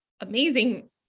amazing